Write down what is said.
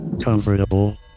comfortable